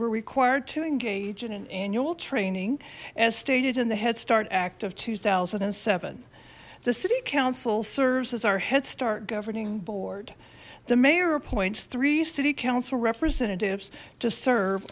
were required to engage in an annual training as stated in the headstart act of two thousand and seven the city council serves as our head start governing board the mayor appoints three city council representatives to serve